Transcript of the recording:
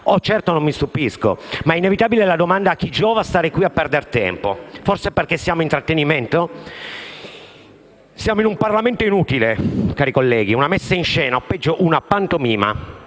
Certo non mi stupisco, ma è inevitabile la domanda: a chi giova stare qui a perder tempo? Forse perché siamo solo intrattenimento? Siamo un Parlamento inutile, cari colleghi, una messa in scena o peggio una pantomima.